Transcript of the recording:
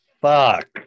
fuck